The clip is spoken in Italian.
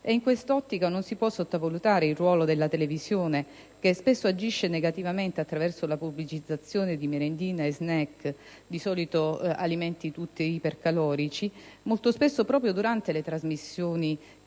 Ed in quest'ottica non si può sottovalutare il ruolo della televisione, che spesso agisce negativamente attraverso la pubblicizzazione di merendine e *snack* (di solito tutti alimenti ipercalorici), molto spesso proprio durante le trasmissioni